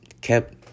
kept